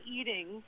eating